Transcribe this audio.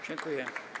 Dziękuję.